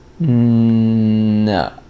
no